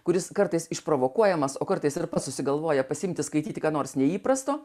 kuris kartais išprovokuojamas o kartais ir pats susigalvoja pasiimti skaityti ką nors neįprasto